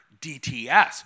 DTS